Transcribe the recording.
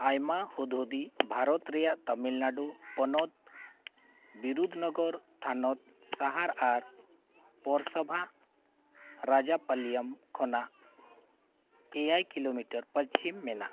ᱟᱭᱢᱟ ᱦᱩᱫᱽ ᱦᱩᱫᱤ ᱵᱷᱟᱨᱚᱛ ᱨᱮᱭᱟᱜ ᱛᱟᱹᱢᱤᱞᱱᱟᱹᱲᱩ ᱯᱚᱱᱚᱛ ᱵᱤᱨᱩᱫᱽ ᱱᱚᱜᱚᱨ ᱛᱷᱚᱱᱚᱛ ᱥᱟᱦᱟᱨ ᱟᱨ ᱯᱳᱨᱚ ᱥᱚᱵᱷᱟ ᱨᱟᱡᱟ ᱯᱚᱞᱞᱚᱢ ᱠᱷᱚᱱᱟᱜ ᱮᱭᱟᱭ ᱠᱤᱞᱳᱢᱤᱴᱟᱨ ᱯᱚᱪᱷᱤᱢ ᱢᱮᱱᱟᱜᱼᱟ